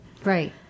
Right